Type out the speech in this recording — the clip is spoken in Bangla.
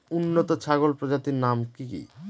উন্নত ছাগল প্রজাতির নাম কি কি?